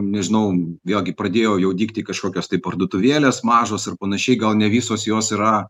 nežinau vėlgi pradėjo jau dygti kažkokios tai parduotuvėlės mažos ir panašiai gal ne visos jos yra